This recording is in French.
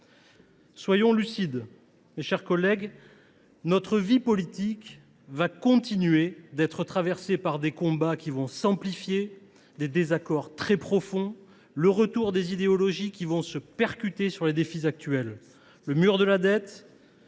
Soyons lucides, mes chers collègues : notre vie politique continuera d’être traversée par des combats qui s’amplifieront, par des désaccords très profonds et par le retour des idéologies, qui viendront percuter les défis actuels : le mur de la dette,